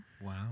wow